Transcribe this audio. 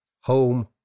home